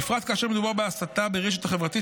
בפרט כאשר מדובר בהסתה ברשת החברתית,